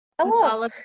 Hello